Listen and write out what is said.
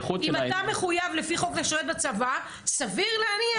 אם אתה מחויב לפי חוק לשרת בצבא סביר להניח